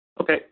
Okay